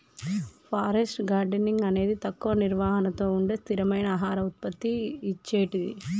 forest gardening అనేది తక్కువ నిర్వహణతో ఉండే స్థిరమైన ఆహార ఉత్పత్తి ఇచ్చేటిది